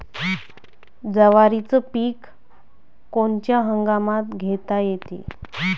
जवारीचं पीक कोनच्या हंगामात घेता येते?